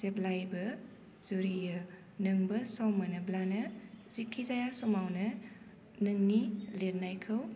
जेब्लायबो जुरियो नोंबो सम मोनोब्लानो जेखि जाया समावनो नोंनि लिरनायखौ